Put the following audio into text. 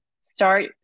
Start